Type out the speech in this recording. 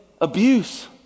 abuse